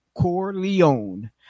Corleone